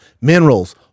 minerals